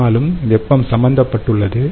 ஆனாலும் வெப்பம் சம்பந்தப்பட்டுள்ளது